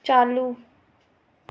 चालू